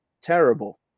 terrible